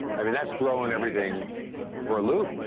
i mean, that's throwing everything for a loop.